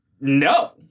no